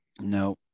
no